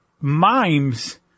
mimes